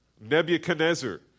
Nebuchadnezzar